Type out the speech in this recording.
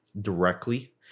directly